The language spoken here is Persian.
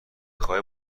خوای